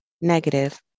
negative